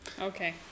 Okay